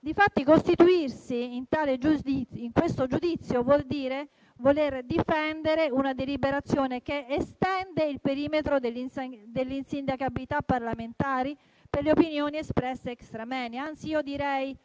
Difatti, costituirsi in questo giudizio vuol dire voler difendere una deliberazione che estende il perimetro delle insindacabilità parlamentari per le opinioni espresse *extra moenia*. Direi